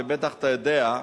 ובטח אתה יודע,